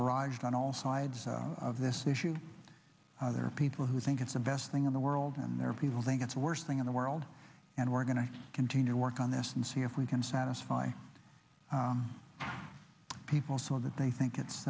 barraged on all sides of this issue there are people who think it's the best thing in the world and their people think it's worst thing in the world and we're going to continue to work on this and see if we can satisfy people so that they think